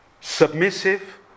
submissive